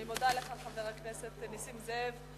אני מודה לך, חבר הכנסת נסים זאב.